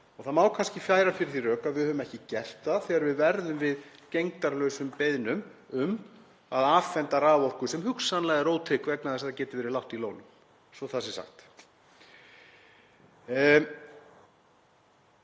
Það má kannski færa fyrir því rök að við höfum ekki gert það þegar við verðum við gegndarlausum beiðnum um að afhenda raforku sem hugsanlega er ótrygg vegna þess að það getur verið lágt í lónum, svo að það sé sagt.